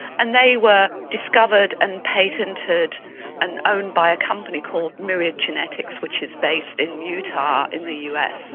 and they were discovered and patented and owned by a company called myriad genetics which is based in utah in the us.